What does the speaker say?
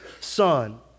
Son